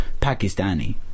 Pakistani